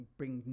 bring